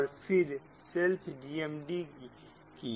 और फिर self GMD की